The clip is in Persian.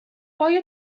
آیا